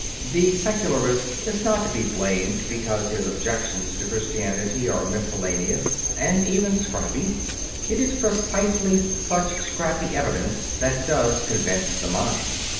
the secularist is not to be blamed because his objections to christianity are miscellaneous and even scrappy it is precisely such scrappy evidence that does convince the mind.